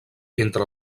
entre